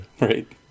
Right